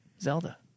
Zelda